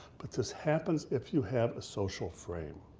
but this happens if you had a social frame.